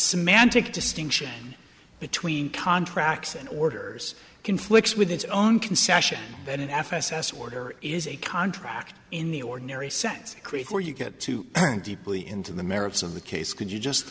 semantic distinction between contracts and orders conflicts with its own concession than an f s s order is a contract in the ordinary sense creek where you get to think deeply into the merits of the case could you just